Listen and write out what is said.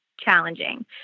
challenging